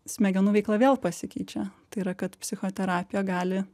smegenų veikla vėl pasikeičia tai yra kad psichoterapija gali